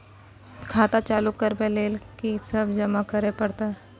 खाता चालू करबै लेल की सब जमा करै परतै?